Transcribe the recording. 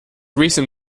recent